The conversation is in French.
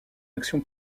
action